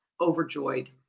overjoyed